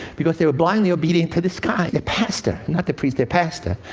because they were blindly obedient to this guy, their pastor not their priest their pastor,